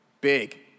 big